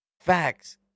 Facts